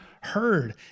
heard